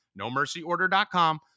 nomercyorder.com